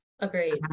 Agreed